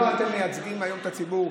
לא אתם מייצגים היום את הציבור.